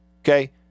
Okay